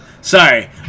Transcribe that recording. Sorry